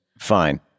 fine